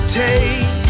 take